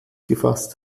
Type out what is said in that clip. gefasst